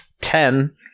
Ten